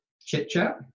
chit-chat